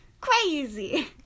crazy